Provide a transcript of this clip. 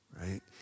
right